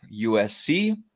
USC